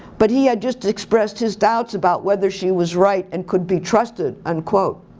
but he had just expressed his doubts about whether she was right and could be trusted, unquote.